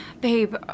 babe